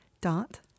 dot